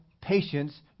patience